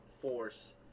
force